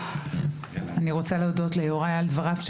אני רוצה להודות ליוראי על דבריו,